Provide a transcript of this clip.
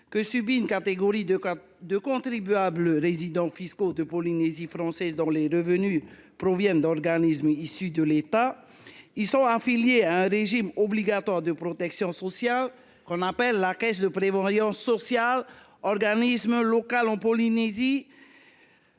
que subit une catégorie de contribuables résidents fiscaux en Polynésie française, dont les revenus proviennent d’organismes issus de l’État. Ceux ci sont affiliés à un régime obligatoire de protection sociale, la caisse de prévoyance sociale (CPS) – organisme local en Polynésie